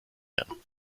werden